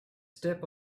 step